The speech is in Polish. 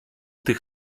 tych